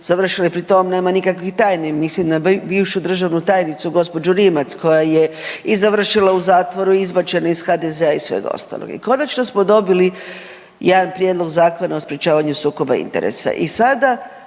završila i pri tom nema nikakvih tajni mislim na bivšu državnu tajnicu gospođu Rimac koja je i završila u zatvoru i izbačena je iz HDZ-a i svega ostalog. I konačno smo dobili jedan prijedlog Zakona o sprječavanju sukoba interesa i sada